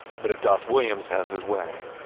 but if das williams has his way,